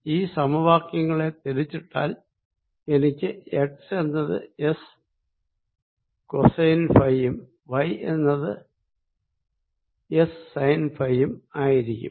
ഈ സമവാക്യങ്ങളെ തിരിച്ചിട്ടാൽ എനിക്ക് എക്സ് എന്നത് എസ് കോസൈൻ ഫൈ യും വൈ എന്നത് എസ് സൈൻ ഫൈ ആയിരിക്കും